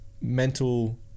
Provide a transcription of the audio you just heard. mental